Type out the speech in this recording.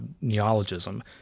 neologism